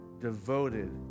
devoted